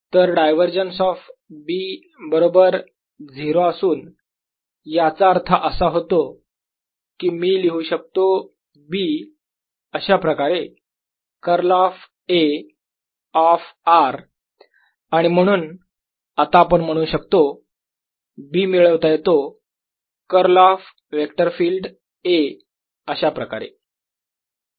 तर divergence of B बरोबर 0 असून याचा अर्थ असा होतो की मी लिहू शकतो B अशाप्रकारे curl of A of r आणि म्हणून आता आपण म्हणू शकतो B मिळवता येतो curl of vector field A अशाप्रकारे